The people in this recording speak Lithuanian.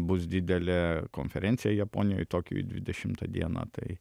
bus didelė konferencija japonijoj tokijuj dvidešimtą dieną tai